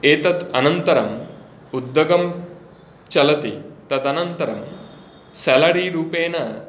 एतत् अनन्तरम् उद्दगं चलति तदनन्तरं सलरि रूपेण